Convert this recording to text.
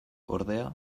ordea